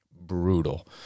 brutal